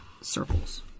circles